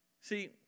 See